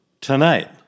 Tonight